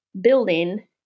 building